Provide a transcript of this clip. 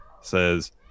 Says